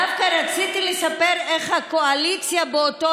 דווקא רציתי לספר איך הקואליציה באותו